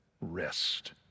rest